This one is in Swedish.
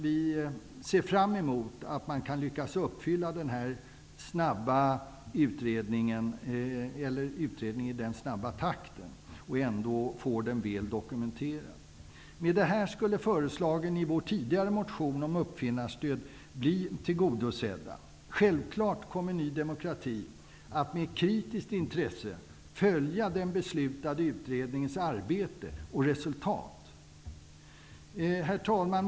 Vi ser fram emot att man lyckas göra utredningen i snabb takt, samtidigt som den blir väl dokumenterad. Med detta skulle förslagen i vår tidigare motion om uppfinnarstöd bli tillgodosedda. Självfallet kommer Ny demokrati att kritiskt och med intresse följa den beslutade utredningens arbete och resultat. Herr talman!